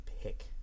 pick